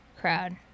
crowd